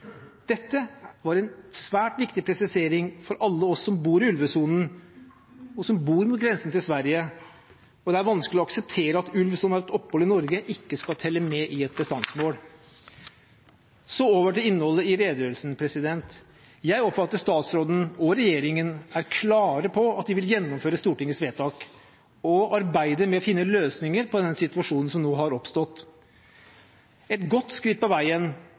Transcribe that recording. Dette var en svært viktig presisering for alle oss som bor i ulvesonen, og som bor mot grensen til Sverige. Det er vanskelig å akseptere at ulv som har opphold i Norge, ikke skal telle med i et bestandsmål. Så over til innholdet i redegjørelsen. Jeg oppfatter at statsråden og regjeringen er klare på at de vil gjennomføre Stortingets vedtak, og arbeider med å finne løsninger på den situasjonen som nå har oppstått. Et godt skritt på veien